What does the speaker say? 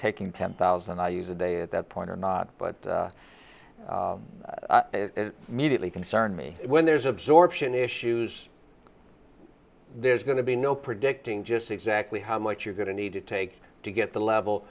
taking ten thousand i use a day at that point or not but mediately concern me when there's absorption issues there's going to be no predicting just exactly how much you're going to need to take to get the level